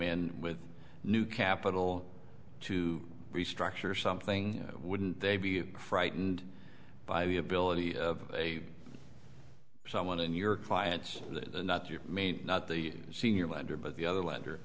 in with new capital to restructure something wouldn't they be frightened by the ability of a someone in your client's not your main not the senior lender but the other lender